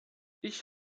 ich